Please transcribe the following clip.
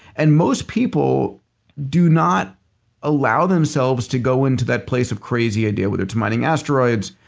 and most people do not allow themselves to go into that place of crazy idea, whether it's mining asteroids,